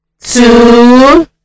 two